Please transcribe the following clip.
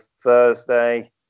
Thursday